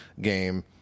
game